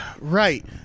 Right